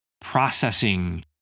processing